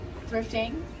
thrifting